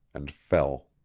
and fell.